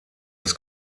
das